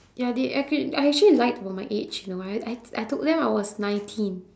ya they act~ I actually lied about my age you know I I t~ I told them I was nineteen